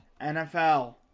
NFL